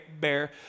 bear